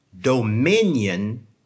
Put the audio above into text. dominion